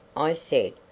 i said,